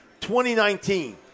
2019